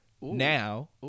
Now